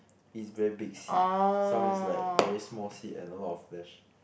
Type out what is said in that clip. is very big seed some is like very small seed and a lot of flesh